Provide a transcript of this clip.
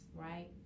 right